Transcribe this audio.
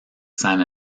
san